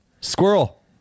Squirrel